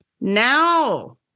now